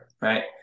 right